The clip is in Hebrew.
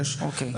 אגב,